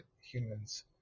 humans